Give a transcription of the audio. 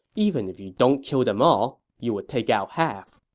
even if you don't kill them all, you would take out half.